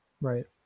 Right